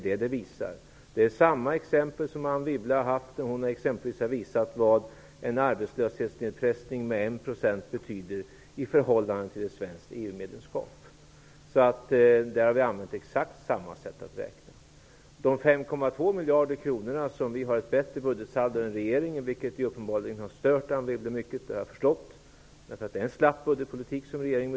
Det är samma exempel som Anne Wibble har använt när hon har visat vad en nedpressning av arbetslösheten med 1 % betyder i förhållande till ett svenskt EU medlemskap. Vi har använt exakt samma sätt att räkna. Vårt budgetsaldo är 5,2 miljarder kronor högre än regeringens, vilket -- såvitt jag har förstått -- uppenbarligen har stört Anne Wibble mycket, eftersom regeringen bedriver en slapp budgetpolitik.